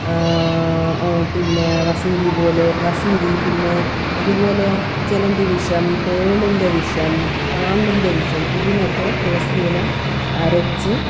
പിന്നെ വസൂരി പോലെ വസൂരി പിന്നെ അതുപോലെ ചിലന്തി വിഷം തേളിൻ്റെ വിഷം പാമ്പിൻ്റെ വിഷം ഇതിനക്കെ തുളസിയില അരച്ച്